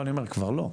אני אומר, כבר לא.